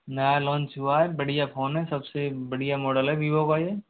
नया लॉन्च हुआ है बढ़िया फोन है सबसे बढ़िया मॉडल है वीवो का ये